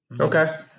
Okay